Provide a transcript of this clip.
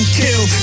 kill